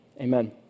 amen